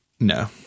No